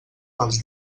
pels